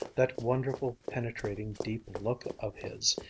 that wonderful penetrating deep look of his.